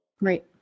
Right